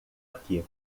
aqui